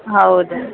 ಹೌದು